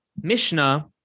Mishnah